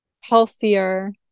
healthier